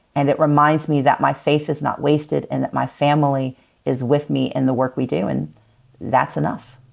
and it reminds me that my faith is not wasted and that my family is with me in the work we do. and that's enough.